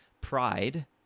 pride